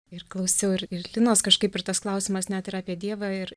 ir klausiau ir ir linos kažkaip ir tas klausimas net ir apie dievą ir